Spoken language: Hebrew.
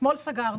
אתמול סגרנו.